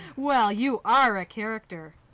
well! you are a character!